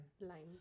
Lime